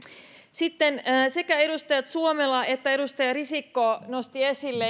sitten sekä edustaja suomela että edustaja risikko nostivat esille